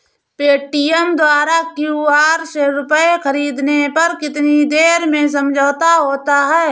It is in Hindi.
पेटीएम द्वारा क्यू.आर से रूपए ख़रीदने पर कितनी देर में समझौता होता है?